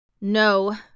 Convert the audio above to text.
No